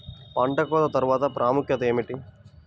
పంట కోత తర్వాత ప్రాముఖ్యత ఏమిటీ?